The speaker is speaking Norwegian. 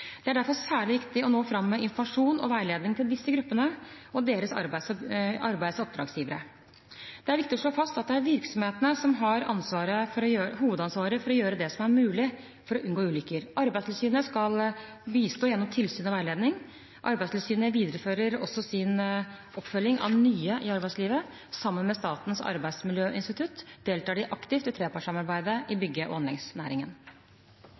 Det er derfor særlig viktig å nå fram med informasjon og veiledning til disse gruppene og deres arbeids- og oppdragsgivere. Det er viktig å slå fast at det er virksomhetene som har hovedansvaret for å gjøre det som er mulig for å unngå ulykker. Arbeidstilsynet skal bistå gjennom tilsyn og veiledning. Arbeidstilsynet viderefører også sin oppfølging av nye i arbeidslivet, og sammen med Statens arbeidsmiljøinstitutt deltar de aktivt i trepartssamarbeidet i bygge- og anleggsnæringen.